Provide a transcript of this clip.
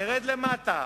נרד למטה,